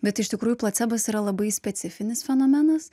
bet iš tikrųjų placebas yra labai specifinis fenomenas